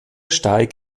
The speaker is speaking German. steig